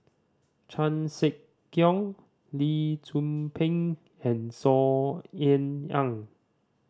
Chan Sek Keong Lee Tzu Pheng and Saw Ean Ang